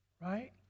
right